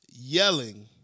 yelling